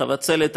חבצלת,